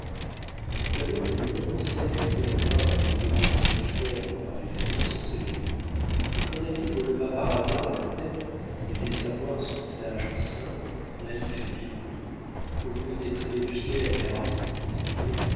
d'abord les hurons pensèrent que le delaware avait été rendu difforme par l'effet de la sorcellerie mais quand david releva par hasard la tête et laissa voir son visage simple naïf et bien connu au lieu des traits fiers et hardis du prisonnier